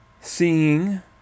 seeing